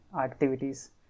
activities